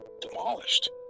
demolished